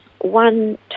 one